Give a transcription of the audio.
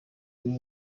kumwe